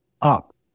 up